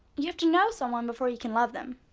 you have to know someone before you can love them.